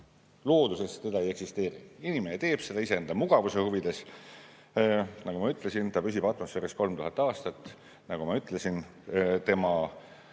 Looduses seda ei eksisteeri. Inimene teeb seda iseenda mugavuse huvides. Nagu ma ütlesin, ta püsib atmosfääris 3000 aastat, ja nagu ma ütlesin, tema